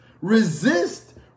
resist